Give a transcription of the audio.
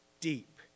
deep